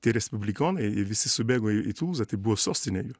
tie respublikonai visi subėgo į tulūzą tai buvo sostinė jų